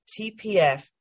TPF